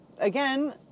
again